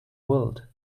world